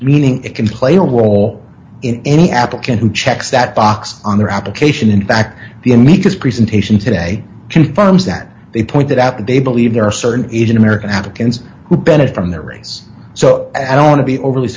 meaning it can play a wall in any applicant who checks that box on their application in fact the amicus presentation today confirms that they pointed out that they believe there are certain even american africans who benefit from their race so i don't want to be overly